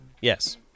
yes